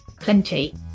plenty